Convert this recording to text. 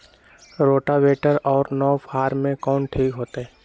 Rotavator और नौ फ़ार में कौन ठीक होतै?